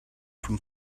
from